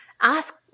ask